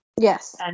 yes